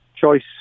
choice